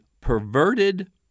perverted